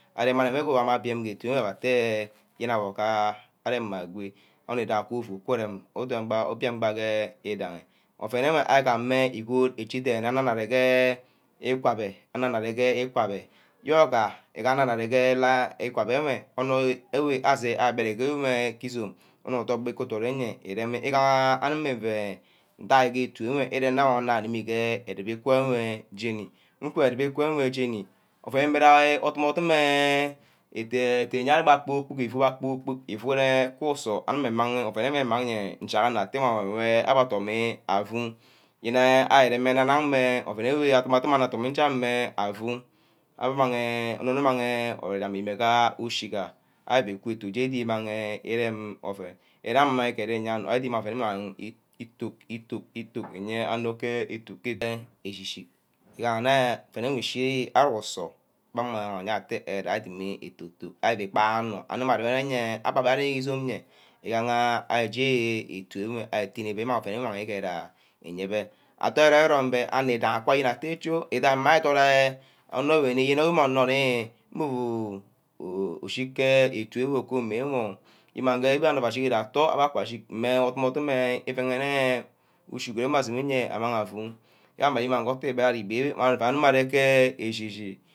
Aremeh remi gama atteh ituheweh atteh yene awor ngai arema agwe, onor guda ku Vu iku reme, udum gbaga idangi, ouen enwe agam meh igod dene, anor nna gee iku abbeh, anana arear ke iku abbeh yega, igaha anor arear ke nagha igwa beh enwe, onor enwe ase abere ke iuum eh isume, onor nidot gbe iku ewe, irem igaha anim meh ueh ndiabeh utu ewe ireh nna nad inimi geh iku enwe yeni, iueh nku ewe jeni, ouen media odum eh idiama kpor-kpork ufune ku usir anim meh mageh ouen enwe mangeh ṅjag enor atteh wan ouen wir abbeh domi afu, yene ari meh menang ewe ouen adim adim onori adum eh afu, abba amageh, abbe ama-geh ori-ri amah imegha ushi-geh ari vu ku ufu jeni igmageh irem ouen iremeh igere anor meh ouen wor amang itud, itude, itude ayeah ke etu ke etu eshi-shi igaha nne ayeah ke eshi shi igaha nne ngu shi abeh ku usor, igaha atteh gadimi atutu gba anor anim yene abara izome ye igaha ari je ituewe ari tene meh ga iyebeh. Adirn ero-rome beh anidagi akwa ayene atteh cho abbe adot re anor wor nni, beh meh ewe oh imange obio onor abba ashi gor abbe ka adhi mmeh odu-dumor onor ke iueghehe nne udsige ewe auegnimeh amang afu gamah ayen ma ngee otu ari abeg ewe arim are-ke echu-chi